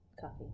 Coffee